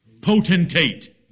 potentate